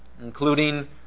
including